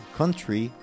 country